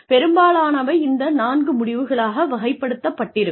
பெரும்பாலானவை இந்த நான்கு முடிவுகளாக வகைப்படுத்தப்பட்டிருக்கும்